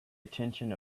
attention